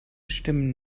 stimmen